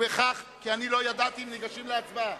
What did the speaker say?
אני לא ידעתי אם ניגשים להצבעה.